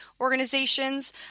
organizations